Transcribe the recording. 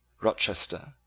rochester,